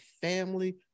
family